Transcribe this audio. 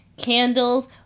candles